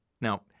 Now